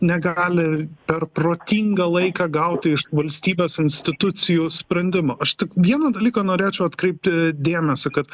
negali per protingą laiką gauti iš valstybės institucijų sprendimo aš tik vieną dalyką norėčiau atkreipti dėmesį kad